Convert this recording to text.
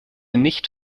nicht